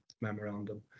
memorandum